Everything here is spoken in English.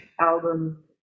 album